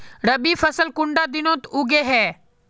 रवि फसल कुंडा दिनोत उगैहे?